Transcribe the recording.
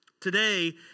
Today